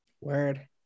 Word